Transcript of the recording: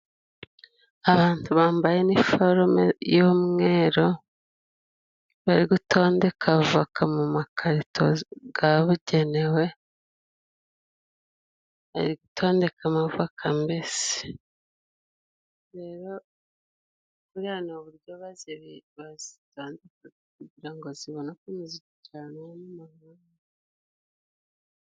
Abantu bambaye niforume y'umweru, bari gutondeka avoka mu makarito ya bugenewe, bari gutondeka ama avoka mbese, rero buriya ni buryo bazibika kugira ngo zitangirika cyane.